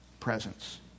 Presence